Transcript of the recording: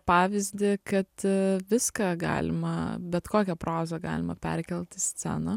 pavyzdį kad viską galima bet kokią prozą galima perkelt į sceną